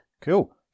Cool